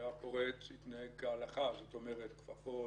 והפורץ התנהג כהלכה, זאת אומרת כפפות,